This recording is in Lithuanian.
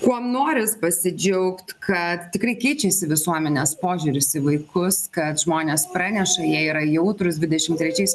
kuom noris pasidžiaugt kad tikrai keičiasi visuomenės požiūris į vaikus kad žmonės praneša jie yra jautrūs dvidešim trečiais